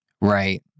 Right